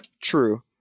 True